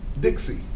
Dixie